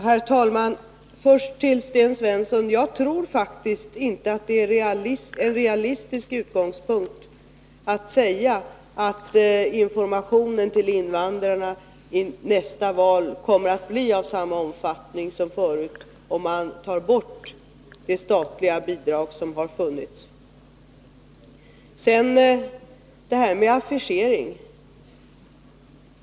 Herr talman! Först till Sten Svensson: Jag tror faktiskt inte att det är en realistisk utgångspunkt att säga att informationen till invandrarna inför nästa val kommer att bli av samma omfattning som förut, om man tar bort det statliga bidrag som har funnits. Sedan det här med affischering.